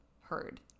heard